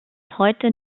heute